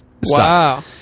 Wow